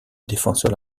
défenseur